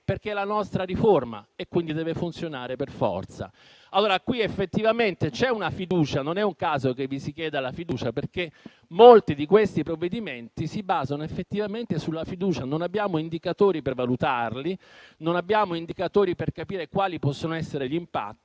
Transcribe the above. perché è la nostra riforma e quindi deve funzionare per forza. Allora effettivamente non è un caso che vi si chieda la fiducia, perché molti di questi provvedimenti si basano effettivamente sulla fiducia. Non abbiamo indicatori per valutarli, non abbiamo indicatori per capire quali possono essere gli impatti